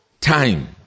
time